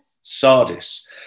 Sardis